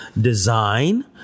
design